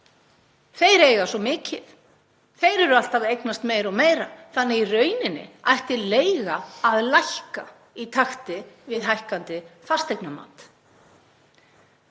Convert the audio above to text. Þeir eiga svo mikið, þeir eru alltaf að eignast meira og meira þannig að í raun ætti leiga að lækka í takti við hækkandi fasteignamat.